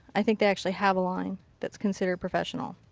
i think they actually have a line that's considered professional.